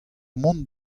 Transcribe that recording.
mont